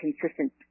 consistent